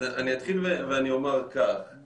אני אתחיל ואני אומר כך,